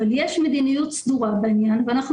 אבל יש מדיניות סדורה בעניין ואנחנו